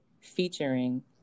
featuring